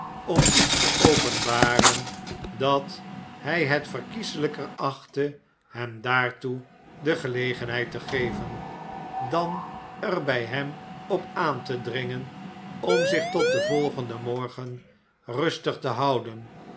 om iets te openbaren dat hij het verkieslijker achtte hem daartoe de gelegenheid te geven dan er bij hem op aan te dringen om zich tot den volgenden morgen rustig te houden